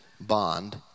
bond